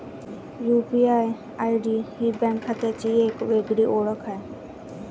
UPI ID ही bank खात्याची एक वेगळी ओळख आहे